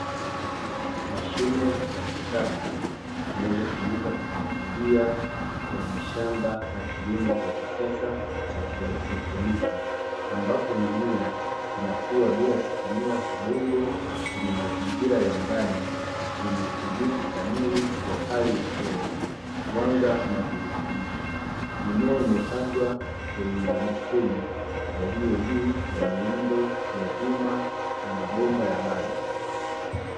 Mashine za kisasa, zinazotumika kumwagilia kwenye shamba la kilimo cha kisasa cha haidroponi ambapo mimea, inakua bila kutumia udongo kwenye mazingira ya ndani yenye udhibiti kamili wa hali ya hewa, mwanga na virutubisho; mimea imepandwa kwenye mabeseni yaliyo juu ya miundo ya vyuma na mabomba ya maji.